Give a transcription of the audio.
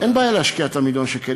אין בעיה להשקיע את מיליון השקל,